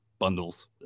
bundles